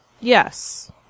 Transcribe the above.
yes